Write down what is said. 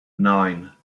nine